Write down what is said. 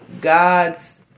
God's